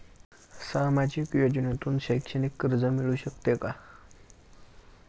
सामाजिक योजनेतून शैक्षणिक कर्ज मिळू शकते का?